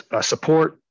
support